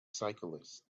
cyclists